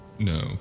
No